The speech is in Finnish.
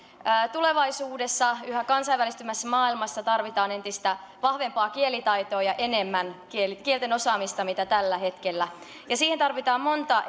tulevaisuudessa yhä kansainvälistyvässä maailmassa tarvitaan entistä vahvempaa kielitaitoa ja enemmän kielten osaamista kuin tällä hetkellä siihen tarvitaan monta